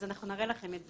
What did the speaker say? אז אנחנו נראה לכם את זה.